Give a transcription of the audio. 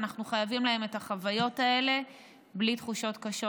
ואנחנו חייבים להם את החוויות האלה בלי תחושות קשות,